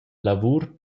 lavur